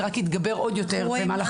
זה רק התגבר עוד יותר במהלך הקורונה.